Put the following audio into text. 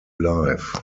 life